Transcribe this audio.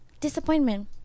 Disappointment